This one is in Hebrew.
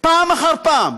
פעם אחר פעם